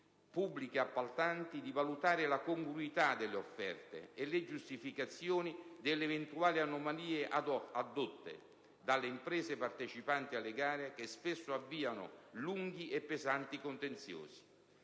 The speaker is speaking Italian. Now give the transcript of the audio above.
pubbliche appaltanti di valutare la congruità delle offerte e le giustificazioni delle eventuali anomalie addotte dalle imprese partecipanti alle gare, che spesso avviano lunghi e pesanti contenziosi.